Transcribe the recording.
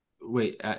Wait